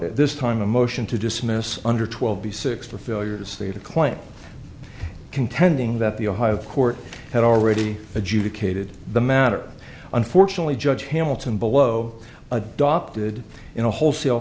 at this time a motion to dismiss under twelve b six for failures to claim contending that the ohio court had already adjudicated the matter unfortunately judge hamilton below adopted in a wholesale